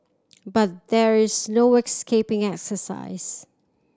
but there is no escaping exercise